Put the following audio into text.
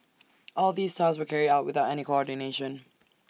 all these tasks were carried out without any coordination